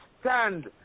stand